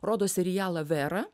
rodo serialą vera